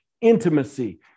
intimacy